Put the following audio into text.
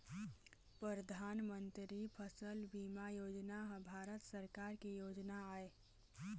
परधानमंतरी फसल बीमा योजना ह भारत सरकार के योजना आय